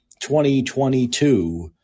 2022